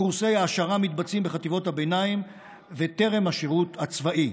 קורסי ההעשרה מתבצעים בחטיבות הביניים וטרם השירות הצבאי.